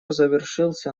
завершился